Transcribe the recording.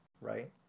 right